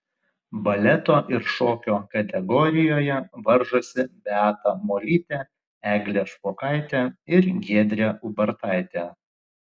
baleto ir šokio kategorijoje varžosi beata molytė eglė špokaitė ir giedrė ubartaitė